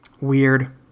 Weird